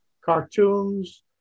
cartoons